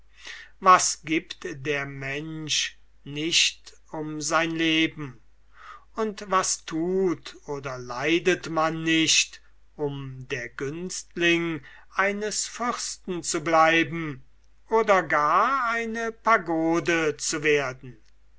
was gibt der mensch nicht um sein leben und was tut oder leidet man nicht der günstling eines fürsten zu bleiben oder gar eine pagode zu werden